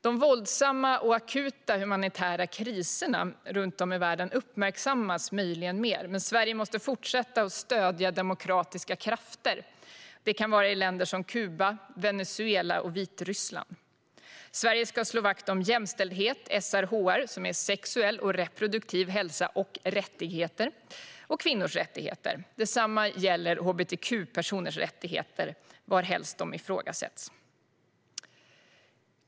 De våldsamma och akuta humanitära kriserna runt om i världen uppmärksammas möjligen mer, men Sverige måste fortsätta att stödja demokratiska krafter i länder som Kuba, Venezuela och Vitryssland. Sverige ska slå vakt om jämställdhet, SRHR - sexuell och reproduktiv hälsa och rättigheter - och kvinnors rättigheter. Detsamma gäller hbtq-personers rättigheter varhelst de ifrågasätts.